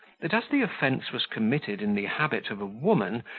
that as the offence was committed in the habit of a woman,